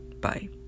Bye